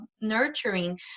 nurturing